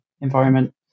environment